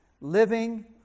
Living